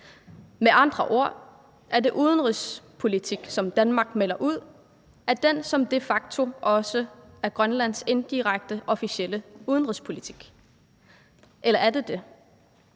Med andre ord er det den udenrigspolitik, som Danmark melder ud, som de facto også er Grønlands indirekte officielle udenrigspolitik. Eller er det det?